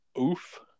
oof